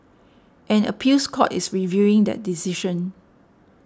an appeals court is reviewing that decision